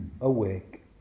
awake